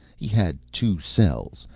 he had two cells.